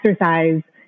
exercise